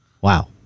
Wow